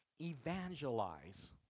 evangelize